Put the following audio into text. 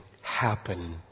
happen